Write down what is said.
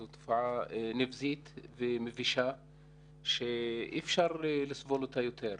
זו תופעה נבזית ומבישה שאי אפשר לסבול אותה יותר.